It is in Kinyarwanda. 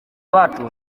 bacu